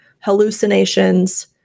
hallucinations